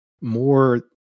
more